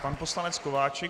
Pan poslanec Kováčik.